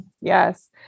yes